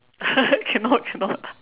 cannot cannot